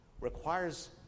requires